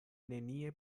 nenie